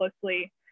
closely